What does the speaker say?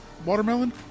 watermelon